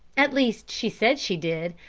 at least, she said she did.